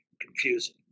confusing